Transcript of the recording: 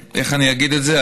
איך אני אגיד את זה?